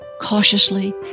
cautiously